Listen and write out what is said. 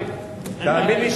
תאמין לי,